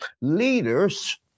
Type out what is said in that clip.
Leaders